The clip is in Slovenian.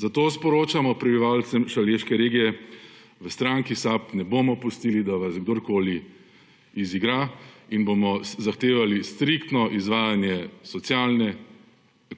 Zato sporočamo prebivalcem šaleške regije, da v stranki SAB ne bomo pustili, da vas kdorkoli izigra, in bomo zahtevali striktno izvajanje socialne,